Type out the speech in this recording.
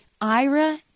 Ira